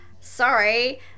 Sorry